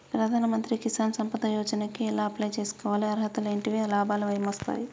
ప్రధాన మంత్రి కిసాన్ సంపద యోజన కి ఎలా అప్లయ్ చేసుకోవాలి? అర్హతలు ఏంటివి? లాభాలు ఏమొస్తాయి?